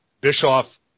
Bischoff